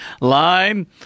Line